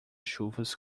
chuvas